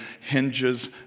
hinges